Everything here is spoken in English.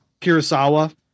Kurosawa